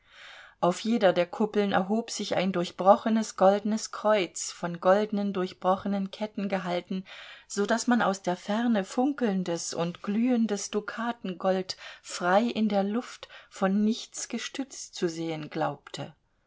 auf jeder der kuppeln erhob sich ein durchbrochenes goldenes kreuz von goldenen durchbrochenen ketten gehalten so daß man aus der ferne funkelndes und glühendes dukatengold frei in der luft von nichts gestützt zu sehen glaubte